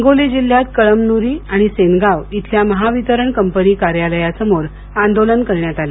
हिंगोली जिल्ह्यात कळमन्री आणि सेनगाव इथल्या महावितरण कंपनी कार्यालयासमोर आंदोलन करण्यात आलं